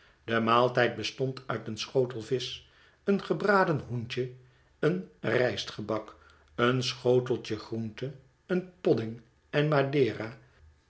de maaltijd bestond uit een schotel visch een gebraden hoentje een rijstgebak een schoteltje groente een